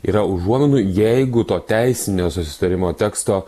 yra užuominų jeigu to teisinio susitarimo teksto